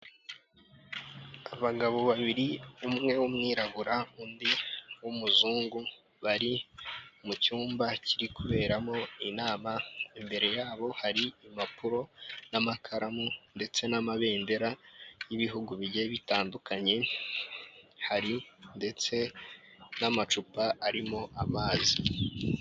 Abagabo babiri, umwe w'umwirabura undi w'umuzungu, bari mu cyumba kiri kuberamo inama, imbere yabo hari impapuro n'amakaramu, ndetse n'amabendera y'ibihugu bigiye bitandukanye, hari ndetse n'amacupa arimo amazi.